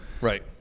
Right